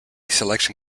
selection